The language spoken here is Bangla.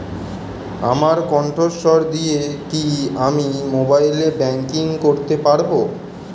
আমার কন্ঠস্বর দিয়ে কি আমি মোবাইলে ব্যাংকিং করতে পারবো?